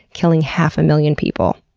killing half a million people.